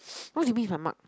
what if I mark